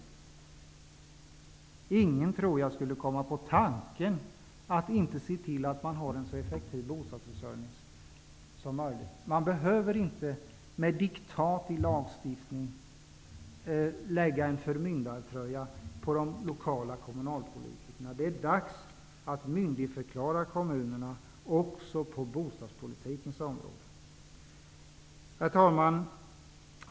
Jag tror inte att någon kommun skulle komma på tanken att inte ombesörja en så effektiv bostadsförsörjning som möjligt. Det är inte nödvändigt att med hjälp av diktat i lagstiftningen använda en förmyndarattityd över de lokala kommunalpolitikerna. Det är dags att myndigförklara kommunerna också på bostadspolitikens område. Herr talman!